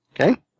Okay